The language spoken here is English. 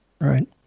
Right